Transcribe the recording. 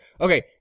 Okay